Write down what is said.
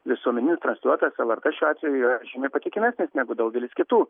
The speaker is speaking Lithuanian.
visuomeninis transliuotojas lrt šiuo atveju yra žymiai patikimesnis negu daugelis kitų